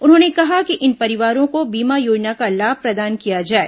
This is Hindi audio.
उन्होंने कहा कि इन परिवारों को बीमा योजना का लाभ प्रदान किया जाए